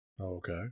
Okay